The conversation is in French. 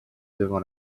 devant